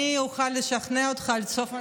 אני מקווה מאוד שאני אוכל לשכנע אותך עד סוף נאומי,